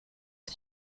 ati